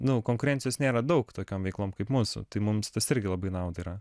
nu konkurencijos nėra daug tokiom veikliom kaip mūsų tai mums tas irgi labai į naudą yra